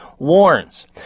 Warns